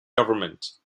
government